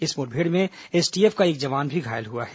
इस मुठभेड़ में एसटीएफ का एक जवान भी घायल हुआ है